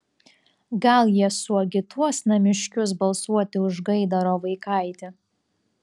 gal jie suagituos namiškius balsuoti už gaidaro vaikaitį